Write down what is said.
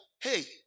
hey